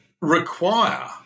require